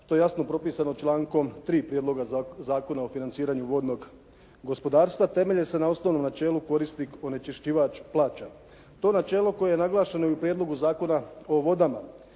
to je jasno propisano člankom 3. Prijedloga zakona o financiranju vodnog gospodarstva temelje se na osnovnom načelu korisnik onečišćivač plaća. To načelo koje je naglašeno i u Prijedlogu zakona o vodama